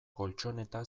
koltxoneta